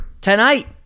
tonight